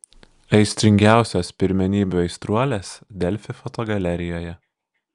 aistringiausios pirmenybių aistruolės delfi fotogalerijoje